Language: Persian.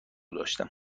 داشتم